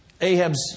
Ahab's